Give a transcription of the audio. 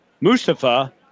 Mustafa